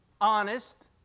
honest